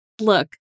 Look